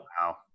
Wow